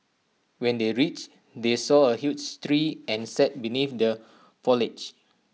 when they reached they saw A huge tree and sat beneath the foliage